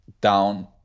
down